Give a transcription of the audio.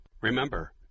Remember